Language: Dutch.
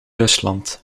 rusland